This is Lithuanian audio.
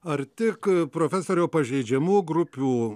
ar tik profesoriau pažeidžiamų grupių